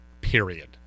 period